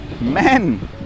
Men